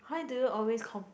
why do you always complain